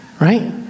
right